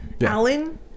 Alan